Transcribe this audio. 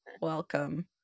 welcome